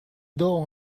dawh